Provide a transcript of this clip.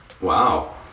wow